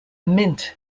mint